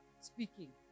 speaking